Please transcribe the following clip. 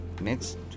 next